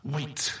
Wait